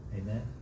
amen